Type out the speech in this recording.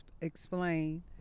explain